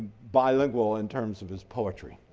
bilingual in terms of his poetry.